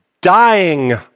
dying